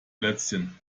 plätzchen